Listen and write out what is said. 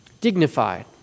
dignified